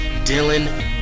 Dylan